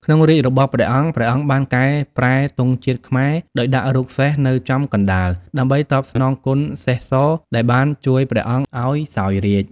ក្នុងរាជ្យរបស់ព្រះអង្គ ព្រះអង្គបានកែប្រែទង់ជាតិខ្មែរដោយដាក់រូបសេះសនៅចំកណ្តាល ដើម្បីតបស្នងគុណសេះស ដែលបានជួយព្រះអង្គឱ្យសោយរាជ្យ ។